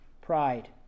Pride